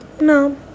no